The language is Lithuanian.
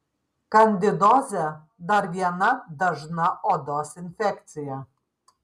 kandidozė dar viena dažna odos infekcija